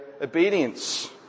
obedience